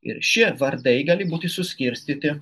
ir šie vardai gali būti suskirstyti